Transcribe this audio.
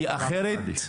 כי אחרת,